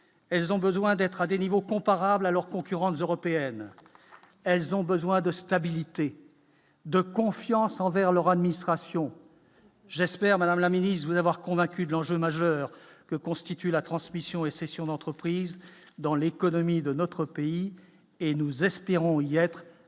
elles ont besoin d'être à des niveaux comparables à leurs concurrentes européennes, elles ont besoin de stabilité de confiance envers leur administration, j'espère, Madame la Ministre vous avoir convaincu de l'enjeu majeur que constitue la transmission et cessions d'entreprises dans l'économie de notre pays et nous espérons il y a être